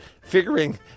figuring